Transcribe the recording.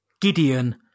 Gideon